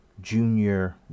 junior